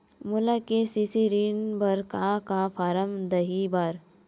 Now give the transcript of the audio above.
मोला के.सी.सी ऋण बर का का फारम दही बर?